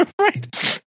right